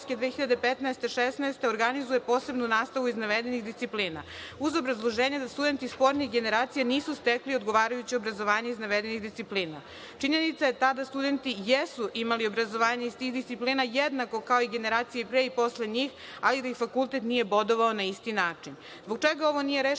2015/16, da organizuje posebnu nastavu iz navedenih disciplina, uz obrazloženje da studenti spornih generacija nisu stekli odgovarajuće obrazovanje iz navedenih disciplina. Činjenica je ta da studenti jesu imali obrazovanje iz tih disciplina jednako kao i generacije pre i posle njih, ali da ih fakultet nije bodovao na isti način. Zbog